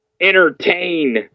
entertain